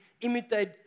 imitate